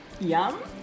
Yum